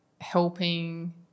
helping